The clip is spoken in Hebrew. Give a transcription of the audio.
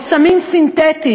או סמים סינתטיים.